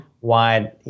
wide